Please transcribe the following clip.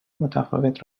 متفاوت